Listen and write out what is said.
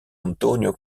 antonio